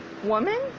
woman